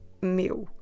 meu